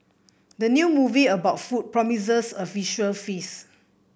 the new movie about food promises a visual feast